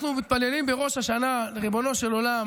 אנחנו מתפללים בראש השנה לריבונו של עולם